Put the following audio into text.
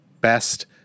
best